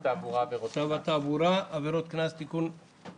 התשפ"א-2021, עם